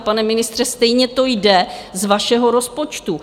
Pane ministře, stejně to jde z vašeho rozpočtu.